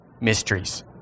mysteries